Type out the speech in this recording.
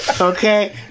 Okay